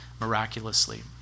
miraculously